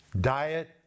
diet